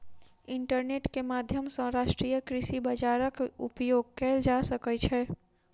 internet के माध्यम सॅ राष्ट्रीय कृषि बजारक उपयोग कएल जा सकै छै